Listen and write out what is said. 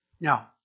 Now